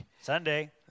Sunday